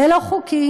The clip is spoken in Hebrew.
זה לא חוקי,